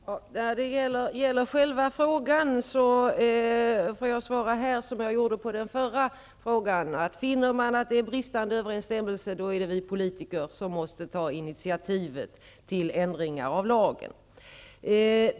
Herr talman! När det gäller själva frågan får jag svara som jag gjorde på den förra frågan. Finner man att överenstämmelsen med allmänna rättsuppfattningen brister, är det vi politiker som måste ta initiativet till ändringar av lagen.